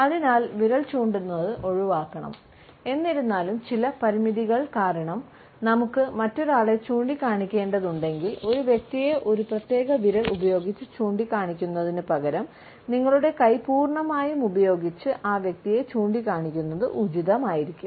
അതിനാൽ വിരൽ ചൂണ്ടുന്നത് ഒഴിവാക്കണം എന്നിരുന്നാലും ചില പരിമിതികൾ കാരണം നമുക്ക് മറ്റൊരാളെ ചൂണ്ടിക്കാണിക്കേണ്ടതുണ്ടെങ്കിൽ ഒരു വ്യക്തിയെ ഒരു പ്രത്യേക വിരൽ ഉപയോഗിച്ച് ചൂണ്ടിക്കാണിക്കുന്നതിനുപകരം നിങ്ങളുടെ കൈ പൂർണ്ണമായും ഉപയോഗിച്ച് ആ വ്യക്തിയെ ചൂണ്ടിക്കാണിക്കുന്നത് ഉചിതമായിരിക്കും